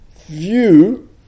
view